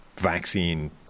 vaccine